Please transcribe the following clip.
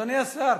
אדוני השר,